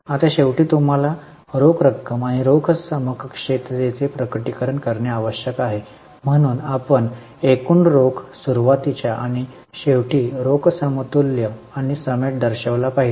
आता शेवटी तुम्हाला रोख रक्कम आणि रोख समकक्षतेचे प्रकटीकरण करणे आवश्यक आहे म्हणून आपण एकूण रोख सुरुवातीच्या आणि शेवटी रोख समतुल्य आणि समेट दर्शविला पाहिजे